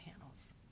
panels